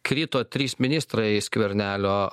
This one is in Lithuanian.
krito trys ministrai skvernelio